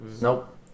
Nope